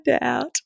out